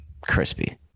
Crispy